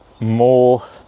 more